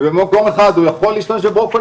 במקום אחד הוא יכול להשתמש בברוקולי